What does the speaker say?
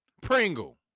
Pringle